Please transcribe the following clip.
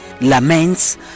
laments